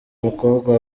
mukobwa